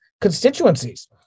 constituencies